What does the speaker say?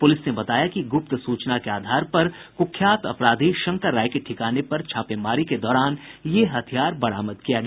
police ने बताया कि गुप्त सूचना के आधार पर कुख्यात अपराधी शंकर राय के ठिकाने पर छापेमारी के दौरान ये हथियार बरामद किया गया